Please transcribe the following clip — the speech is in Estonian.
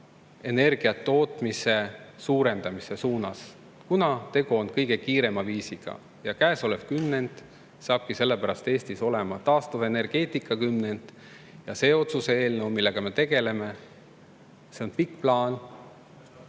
energia tootmise suurendamise suunas – tegu on kõige kiirema viisiga. Käesolev kümnend saabki selle pärast Eestis olema taastuvenergeetika kümnend. Ja see otsuse eelnõu, millega me tegeleme, on pikk plaan,